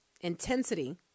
intensity